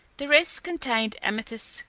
the rest contained amethysts,